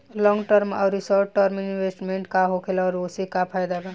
Long term आउर short term investment का होखेला और ओसे का फायदा बा?